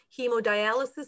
Hemodialysis